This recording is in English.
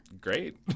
great